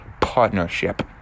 partnership